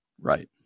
right